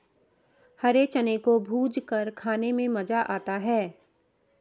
हरे चने को भूंजकर खाने में मज़ा आता है